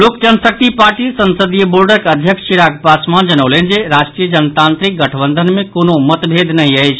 लोक जनशक्ति पार्टी संसदीय बोर्डक अध्यक्ष चिराग पासवान जनौलनि जे राष्ट्रीय जनतांत्रिक गठबंधन मे कोनो मतभेद नहि अछि